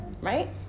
right